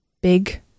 big